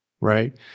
right